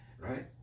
right